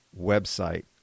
website